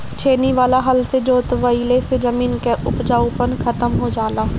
छेनी वाला हल से जोतवईले से जमीन कअ उपजाऊपन खतम हो जाला